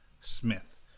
Smith